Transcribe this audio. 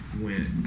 went